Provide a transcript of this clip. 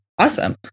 Awesome